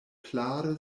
klare